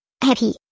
Happy